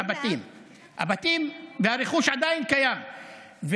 הבתים והרכוש עדיין קיימים.